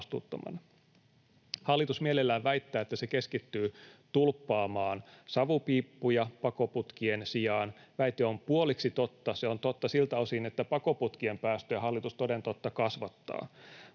Hallitus mielellään väittää, että se keskittyy tulppaamaan savupiippuja pakoputkien sijaan. Väite on puoliksi totta. Se on totta siltä osin, että pakoputkien päästöjä hallitus toden totta kasvattaa,